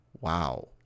wow